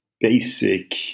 basic